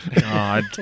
God